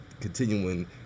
continuing